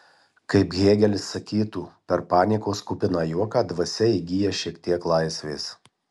kaip hėgelis sakytų per paniekos kupiną juoką dvasia įgyja šiek tiek laisvės